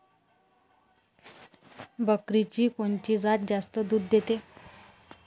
बकरीची कोनची जात जास्त दूध देते?